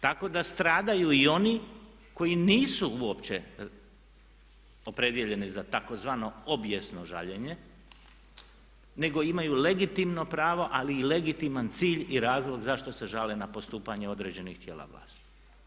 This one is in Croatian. Tako da stradaju i oni koji nisu uopće opredijeljeni za tzv. obijesno žaljenje nego imaju legitimno pravo ali i legitiman cilj i razlog zašto se žale na postupanje određenih tijela javnih vlasti.